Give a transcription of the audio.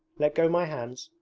let go my hands,